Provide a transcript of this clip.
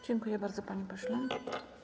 Dziękuję bardzo, panie pośle.